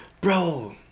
Bro